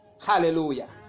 Hallelujah